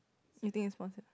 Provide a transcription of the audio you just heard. you think is possible